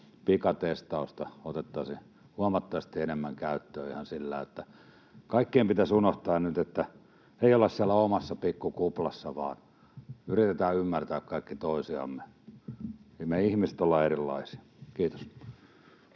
että pikatestausta otettaisiin huomattavasti enemmän käyttöön. Kaikkien pitäisi muistaa nyt, että ei olla siellä omassa pikku kuplassa, vaan yritetään ymmärtää kaikki toisiamme. Me ihmiset ollaan erilaisia. — Kiitos.